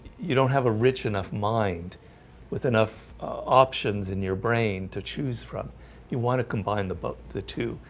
you don't have a rich enough mind with enough options in your brain to choose from you want to combine the book the two?